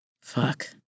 Fuck